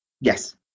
Yes